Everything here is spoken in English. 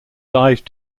dive